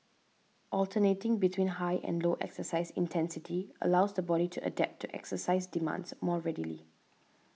alternating between high and low exercise intensity allows the body to adapt to exercise demands more readily